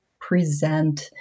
present